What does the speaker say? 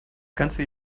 ganze